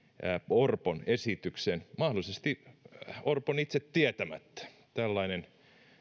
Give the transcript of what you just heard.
orpon esityksen mahdollisesti orpon itse tietämättä tällainen